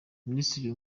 minisitiri